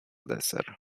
deser